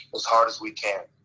as hard as we can.